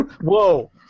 Whoa